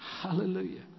Hallelujah